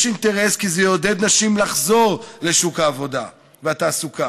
יש אינטרס כי זה יעודד נשים לחזור לשוק העבודה והתעסוקה,